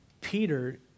Peter